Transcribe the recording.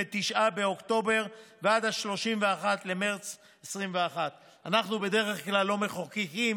באוקטובר ועד 31 במרץ 2021. אנחנו בדרך כלל לא מחוקקים